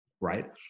right